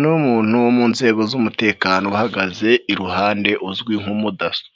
n'umuntu wo mu nzego z'umutekano uhagaze iruhande uzwi nk'umudaso.